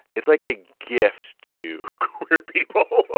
it's like a gift to queer people ah